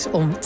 om